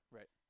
right